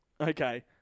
okay